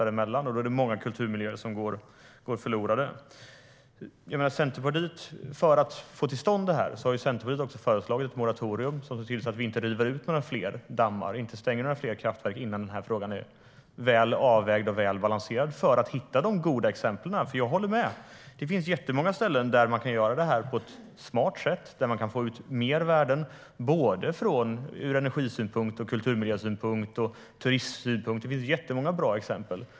Då är det många kulturmiljöer som går förlorade. För att få till stånd det här har Centerpartiet föreslagit ett moratorium som ser till att vi inte river upp fler dammar och inte stänger fler kraftverk innan frågan är väl avvägd och väl balanserad. Det handlar om att hitta goda exempel. Jag håller med om det. Det finns jättemånga ställen där man kan göra det här på ett smart sätt och där man kan få ut mer värden ur energisynpunkt, kulturmiljösynpunkt och turistsynpunkt. Det finns jättemånga bra exempel.